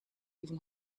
even